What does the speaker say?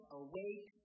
awake